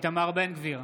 איתמר בן גביר,